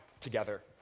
together